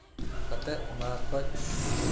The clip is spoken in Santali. ᱠᱟᱛᱮᱫ ᱚᱱᱟ ᱠᱷᱚᱱ